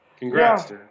Congrats